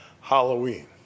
Halloween